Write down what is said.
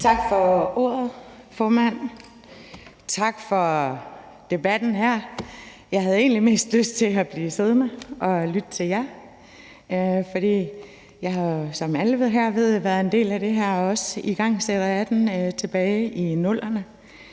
Tak for ordet, formand. Tak for debatten her. Jeg havde egentlig mest lyst til at blive siddende og lytte til jer, for jeg har, som alle her ved, været en del af det her og også været igangsætter af debatten tilbage i 00'erne.